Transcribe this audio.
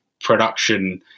production